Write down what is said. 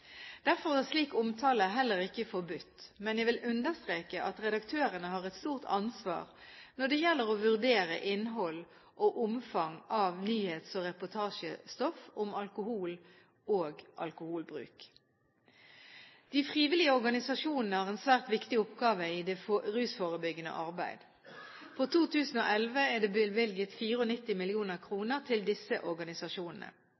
Derfor er slik omtale heller ikke forbudt. Men jeg vil understreke at redaktørene har et stort ansvar når det gjelder å vurdere innhold og omfang av nyhets- og reportasjestoff om alkohol og alkoholbruk. De frivillige organisasjonene har en svært viktig oppgave i det rusforebyggende arbeidet. For 2011 er det bevilget